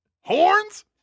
horns